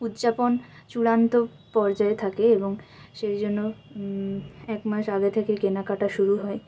উদযাপন চূড়ান্ত পর্যায় থাকে এবং সেই জন্য একমাস আগে থেকেই কেনাকাটা শুরু হয়